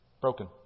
broken